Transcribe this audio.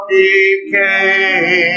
decay